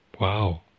Wow